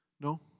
No